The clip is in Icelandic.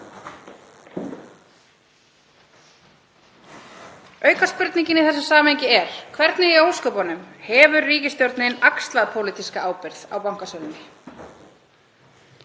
Aukaspurningin í þessu samhengi er: Hvernig í ósköpunum hefur ríkisstjórnin axlað pólitíska ábyrgð á bankasölunni?